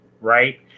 right